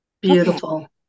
Beautiful